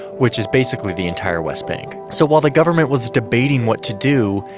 which was basically the entire west bank. so while the government was debating what to do,